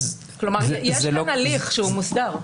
כלומר, יש כאן הליך שהוא מוסדר.